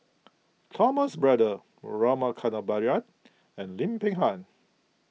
Thomas Braddell Rama Kannabiran and Lim Peng Han